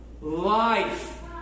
life